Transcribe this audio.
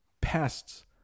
pests